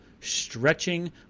stretching